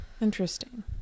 Interesting